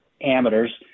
amateurs